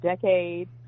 decade